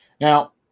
Now